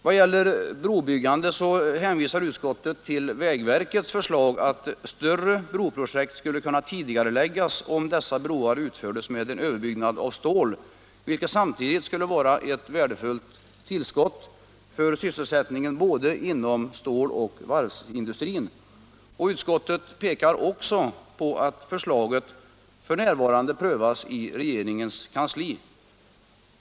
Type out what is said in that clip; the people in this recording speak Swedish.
Beträffande brobyggandet hänvisar utskottet till vägverkets förslag att större broprojekt skulle kunna tidigareläggas om dessa broar utfördes med en överbyggnad av stål, vilket samtidigt skulle medföra ett värdefullt tillskott till sysselsättningen inom både stål och varvsindustrin. Utskottet pekar också på att förslaget f. n. prövas i regeringens kansli.